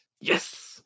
Yes